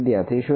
વિદ્યાર્થી 0